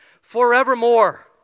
forevermore